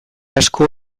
asko